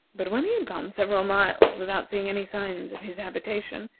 but when he had gone several miles without seeing any signs of his habitation,